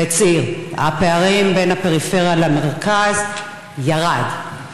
והצהיר: הפערים בין הפריפריה למרכז ירדו.